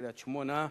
קריית-שמונה,